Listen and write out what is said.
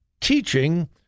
teaching